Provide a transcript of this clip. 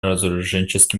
разоруженческий